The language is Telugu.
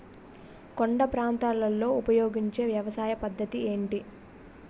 కొండ ప్రాంతాల్లో ఉపయోగించే వ్యవసాయ పద్ధతి ఏంటి?